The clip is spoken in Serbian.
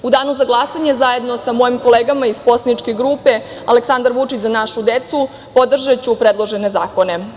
U danu za glasanje, zajedno sa mojim kolegama iz poslaničke grupe Aleksandar Vučić – Za našu decu, podržaću predložene zakone.